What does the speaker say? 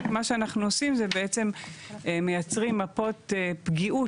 מה שאנחנו עושים זה בעצם לייצר מפות פגיעות